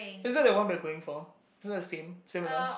isn't that the one we are going for isn't that the same similar